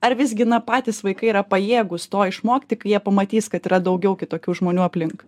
ar visgi na patys vaikai yra pajėgūs to išmokti kai jie pamatys kad yra daugiau kitokių žmonių aplink